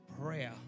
Prayer